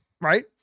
right